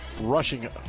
rushing